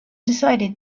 decided